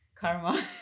karma